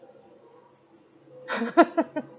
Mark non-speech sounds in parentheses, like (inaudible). (laughs)